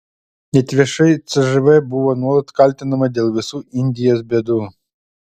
net viešai cžv buvo nuolat kaltinama dėl visų indijos bėdų